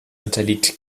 unterliegt